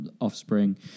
offspring